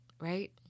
Right